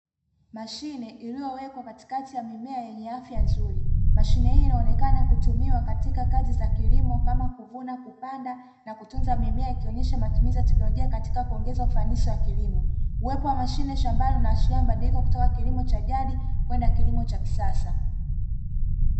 Mashine iliyowekwa katikati ya mimea yenye afya nzuri, mashine hiyo inaonekana kutumiwa katika kazi za kilimo kama kuvuna, kupanda, na kutunza mimea ikionyesha matumizi ya teknolojia katika kuongeza ufanisi wa kilimo. Uwepo wa mashine shambani unaashiria mabadiliko kutoka kilimo cha jadi kwenda kilimo cha kisasa.